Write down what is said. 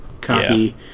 copy